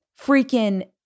freaking